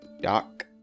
Doc